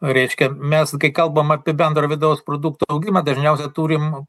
reiškia mes kai kalbam apie bendrą vidaus produkto augimą dažniausiai turim